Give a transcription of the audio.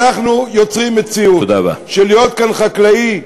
ואנחנו יוצרים מציאות שלהיות כאן חקלאי,